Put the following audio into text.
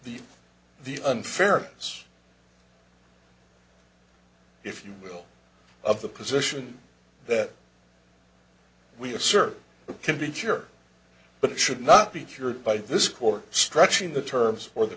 the the unfair us if you will of the position that we assert can be sure but it should not be cured by this court stretching the terms for the